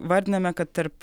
vardiname kad tarp